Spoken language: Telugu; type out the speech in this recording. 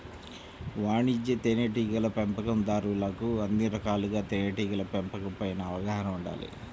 వాణిజ్య తేనెటీగల పెంపకందారులకు అన్ని రకాలుగా తేనెటీగల పెంపకం పైన అవగాహన ఉండాలి